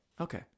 okay